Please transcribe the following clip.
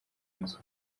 nzu